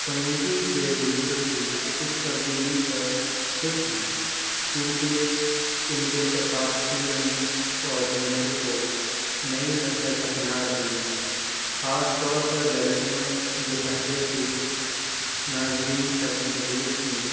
community کے بزرگ بھی اس تبدیلی پر خوش ہیں کیونکہ ان کے ثقافتی علم اور ہنر کو نئی نسل اپنا رہی ہے خاص طور پر لڑکیاں جو پہلے صرف ناظرین تک محدود تھیں